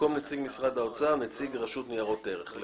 במקום נציג משרד האוצר יהיה נציג רשות ניירות ערך.